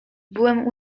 byłem